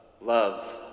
love